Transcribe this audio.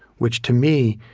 which, to me,